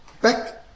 back